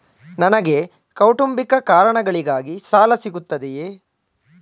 ನನಗೆ ಕೌಟುಂಬಿಕ ಕಾರಣಗಳಿಗಾಗಿ ಸಾಲ ಸಿಗುತ್ತದೆಯೇ?